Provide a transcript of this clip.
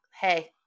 Hey